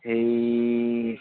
এই